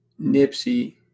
Nipsey